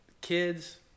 Kids